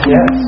Yes